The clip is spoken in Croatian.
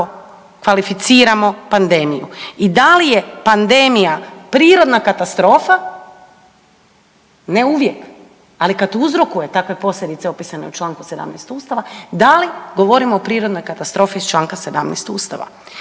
kvalificiramo pandemiju i da li je pandemija prirodna katastrofa, ne uvije, ali kada uzrokuje takve posljedice opisane u čl. 17. Ustava da li govorimo o prirodnoj katastrofi iz čl. 17. Ustava.